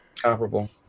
Comparable